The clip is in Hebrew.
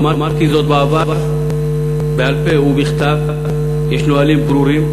אמרתי זאת בעבר, בעל-פה ובכתב: יש נהלים ברורים.